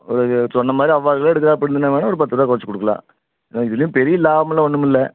ஒரு சொன்ன மாதிரி அவ்வாறு கிலோ எடுக்கிற அப்படினா மேடம் ஒரு பத்து ரூபா குறைச்சுக் கொடுக்கலாம் இதிலயும் பெரிய லாபமெலாம் ஒன்றும் இல்லை